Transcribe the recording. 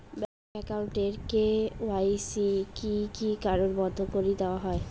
Bank account এর KYC কি কি কারণে বন্ধ করি দেওয়া হয়?